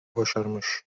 başarmış